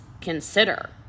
consider